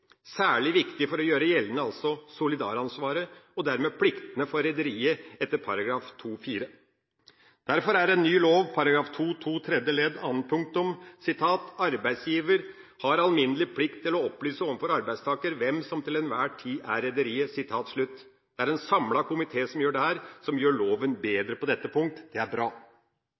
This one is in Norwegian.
Særlig er det viktig for å gjøre gjeldende solidaransvaret, og dermed pliktene for rederiet etter § 2-4. Derfor sier ny lov § 2-2 tredje ledd annet punktum at arbeidsgiver har alminnelig plikt til å opplyse overfor arbeidstaker hvem som til enhver tid er rederiet. Det er en samlet komité som gjør loven bedre på dette punkt, og det er bra.